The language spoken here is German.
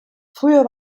früher